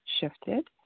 shifted